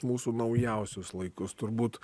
mūsų naujausius laikus turbūt